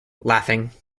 laughing